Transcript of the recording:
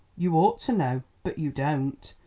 you ought to know, but you don't.